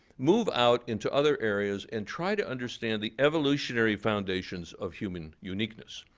move out into other areas and try to understand the evolutionary foundations of human uniqueness.